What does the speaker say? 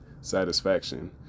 Satisfaction